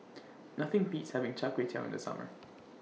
Nothing Beats having Char Kway Teow in The Summer